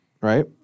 right